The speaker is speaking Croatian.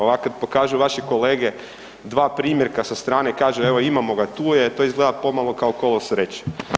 Ovako kad pokažu vaše kolege dva primjerka sa strane, kažu evo imamo ga tu je, to izgleda pomalo kao kolo sreće.